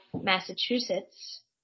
Massachusetts